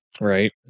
Right